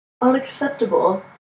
unacceptable